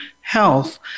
health